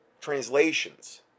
translations